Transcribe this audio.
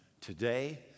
today